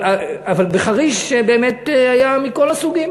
אבל בחריש באמת היה מכל הסוגים.